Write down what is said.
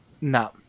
No